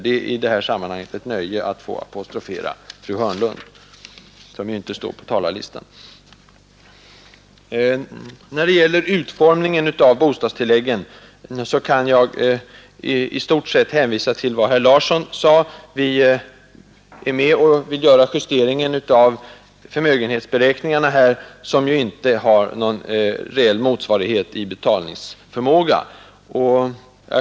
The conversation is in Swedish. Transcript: Det är i detta sammanhang ett nöje att få apostrofera fru Hörnlund, som ju inte står på talarlistan. När det gäller utformningen av bostadstilläggen kan jag i stort sett hänvisa till vad herr Larsson i Borrby sade. Vi är med om att göra denna justering av förmögenhetsberäkningarna, som ju inte har någon reell motsvarighet i betalningsförmåga.